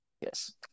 yes